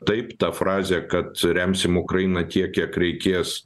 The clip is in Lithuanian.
taip ta frazė kad remsim ukrainą tiek kiek reikės